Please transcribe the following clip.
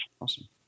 Awesome